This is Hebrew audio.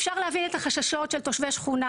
אפשר להבין את החששות של תושבי שכונה